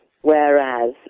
Whereas